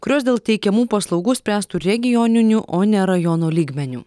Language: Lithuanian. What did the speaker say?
kurios dėl teikiamų paslaugų spręstų regioniniu o ne rajono lygmeniu